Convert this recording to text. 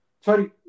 Sorry